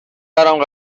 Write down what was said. برام